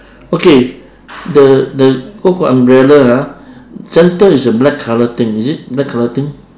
okay the the oh got umbrella ah center is a black colour thing is it black colour thing